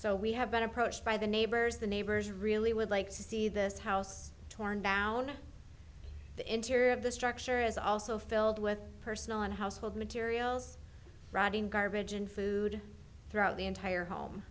so we have been approached by the neighbors the neighbors really would like to see this house torn down and the interior of the structure is also filled with personal and household materials rotting garbage and food throughout the entire home